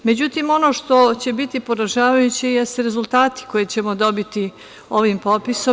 Međutim, ono što će biti poražavajuće jesu rezultati koje ćemo dobiti ovim popisom.